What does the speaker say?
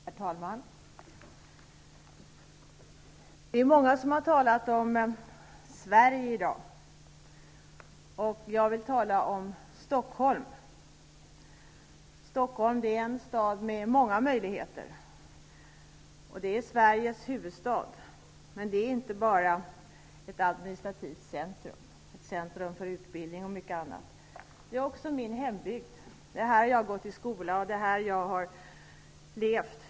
Herr talman! Det är många som har talat om Sverige i dag. Jag vill tala om Stockholm. Stockholm är en stad med många möjligheter, och det är Sveriges huvudstad. Men det är inte bara ett centrum -- centrum för utbildning och mycket annat. Det är också min hembygd. Det är här jag har gått i skola. Det är här jag har levt.